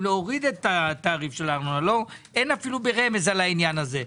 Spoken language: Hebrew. להוריד את תעריף הארנונה; אין אפילו רמז לעניין הזה.